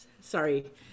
Sorry